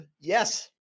Yes